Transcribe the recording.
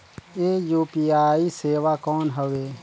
ये यू.पी.आई सेवा कौन हवे?